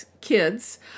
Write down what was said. kids